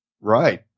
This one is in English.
Right